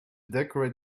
decorate